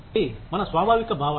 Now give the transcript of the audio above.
అది మన స్వాభావిక భావన